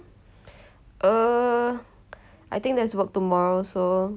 so interesting I don't okay it's not something you should wish for but I guess it's something